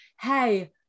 hey